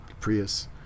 Prius